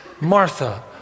Martha